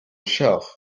shelf